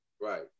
Right